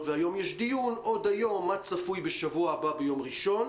והיום יש דיון עוד היום מה צפוי בשבוע הבא ביום ראשון,